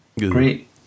great